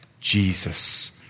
Jesus